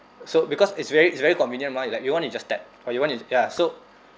so because it's very it's very convenient mah like you want you just tap or you want you ya so